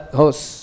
house